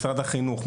משרד החינוך,